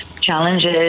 challenges